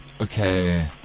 Okay